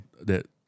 that-